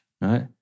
Right